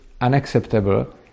unacceptable